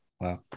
Wow